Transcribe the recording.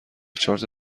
چارت